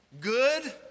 Good